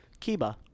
Kiba